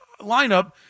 lineup